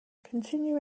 continue